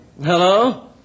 Hello